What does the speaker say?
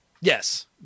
Yes